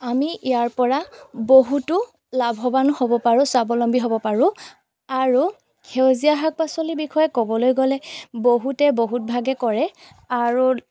আমি ইয়াৰপৰা বহুতো লাভৱানো হ'ব পাৰোঁ স্বাৱলম্বী হ'ব পাৰোঁ আৰু সেউজীয়া শাক পাচলিৰ বিষয়ে ক'বলৈ গ'লে বহুতে বহুতভাগে কৰে আৰু